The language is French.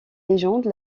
légende